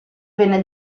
venne